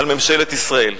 על ממשלת ישראל.